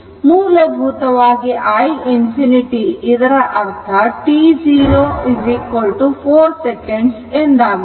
ಮೂಲಭೂತವಾಗಿ i ∞ ಇದರ ಅರ್ಥ t 0 4 second ಎಂದಾಗುತ್ತದೆ